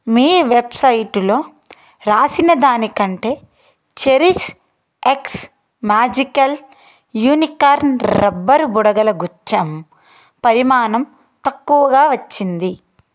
మీ వెబ్సైటులో రాసినదానికంటే Cherish X magical unicorn rubber బుడగల గుచ్ఛం పరిమాణం తక్కువగా వచ్చింది